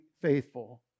faithful